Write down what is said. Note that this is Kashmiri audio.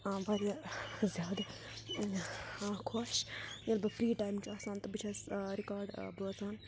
واریاہ زیادٕ خۄش ییٚلہِ بہٕ فری ٹایم چھُ آسان تہٕ بہٕ چھَس رِکاڈ بوزان